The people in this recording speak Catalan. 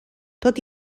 tot